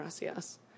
yes